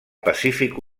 pacífic